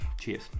Cheers